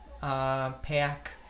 pack